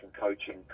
coaching